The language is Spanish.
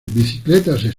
bicicletas